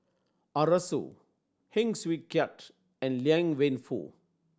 Arasu Heng Swee Keat and Liang Wenfu